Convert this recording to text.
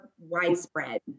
widespread